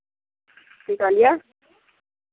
की कहलियै